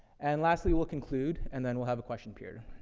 and lastly, we'll conclude, and then we'll have a question period.